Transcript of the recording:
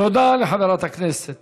תודה לחברת הכנסת